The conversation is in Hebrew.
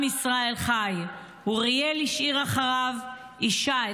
אוריאל השאיר אחריו אישה,